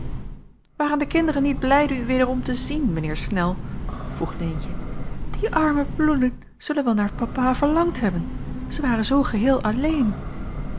waren de kinderen niet blijde u weêrom te zien mijn heer snel vroeg leentje die arme bloeien zullen wel naar papa verlangd hebben zij waren zoo geheel alleen